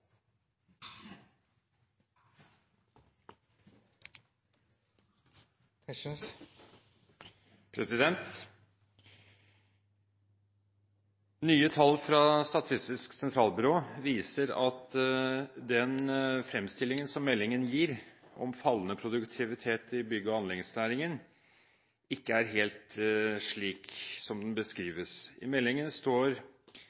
på nyåret. Nye tall fra Statistisk sentralbyrå viser at den fremstillingen meldingen gir om fallende produktivitet i bygg- og anleggsnæringen, ikke er helt slik som den